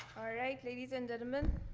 like ladies and gentlemen,